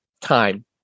time